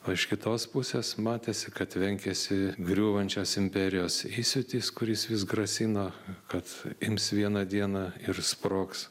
o iš kitos pusės matėsi kad tvenkiasi griūvančios imperijos įsiūtis kuris vis grasino kad ims vieną dieną ir sprogs